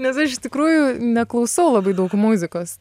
nes aš iš tikrųjų neklausau labai daug muzikos